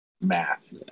math